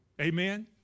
Amen